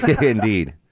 Indeed